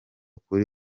kuri